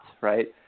right